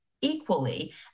equally